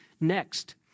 Next